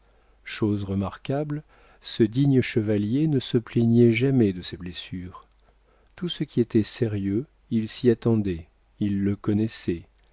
chose remarquable ce digne chevalier ne se plaignait jamais de ses blessures tout ce qui était sérieux il s'y attendait il le connaissait